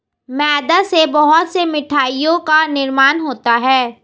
मैदा से बहुत से मिठाइयों का निर्माण होता है